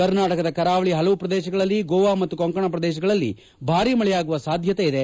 ಕರ್ನಾಟಕದ ಕರಾವಳಿಯ ಹಲವು ಪ್ರದೇಶಗಳಲ್ಲಿ ಗೋವಾ ಮತ್ತು ಕೊಂಕಣ ಪ್ರದೇಶದಲ್ಲಿ ಭಾರಿ ಮಳೆಯಾಗುವ ಸಾಧ್ಯತೆ ಇದೆ